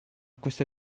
questa